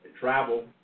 travel